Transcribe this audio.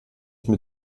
mit